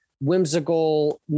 whimsical